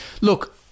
Look